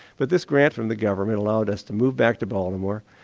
but this grant from the government allowed us to move back to baltimore.